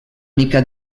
mica